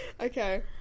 Okay